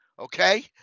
Okay